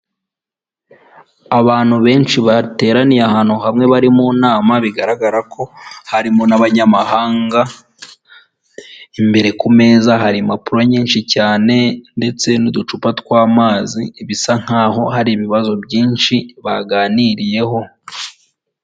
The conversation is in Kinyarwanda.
Abantu benshi bateraniye ahantu hamwe bari mu nama bigaragara ko harimo n'abanyamahanga, imbere ku meza hari impapuro nyinshi cyane ndetse n'uducupa tw'amazi bisa nkaho hari ibibazo byinshi baganiriyeho.